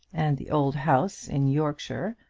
and the old house in yorkshire,